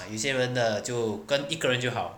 ah 有些人的就跟一个人就好